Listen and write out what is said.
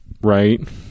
Right